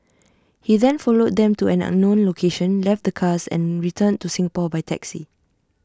he then followed them to an unknown location left the cars and returned to Singapore by taxi